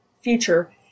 future